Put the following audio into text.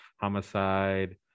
Homicide